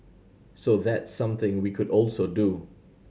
so that's something we could also do